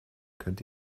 könnt